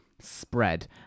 spread